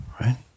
right